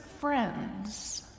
friends